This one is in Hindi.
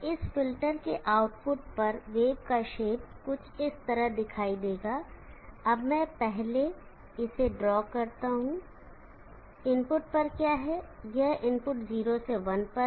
इस फ़िल्टर के आउटपुट पर वेव का शेप का कुछ इस तरह दिखाई देगा अब मैं इसे पहले ड्रा करता हूं इनपुट पर क्या है यह इनपुट 0 से 1 पर है